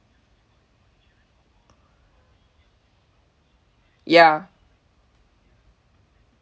ya